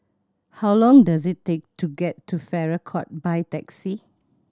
how long does it take to get to Farrer Court by taxi